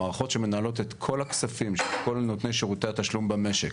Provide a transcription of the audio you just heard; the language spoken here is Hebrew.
המערכות שמנהלות את כל הכספים של כל נותני שירותי התשלום במשק,